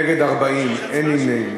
נגד, 40, אין נמנעים.